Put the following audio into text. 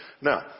Now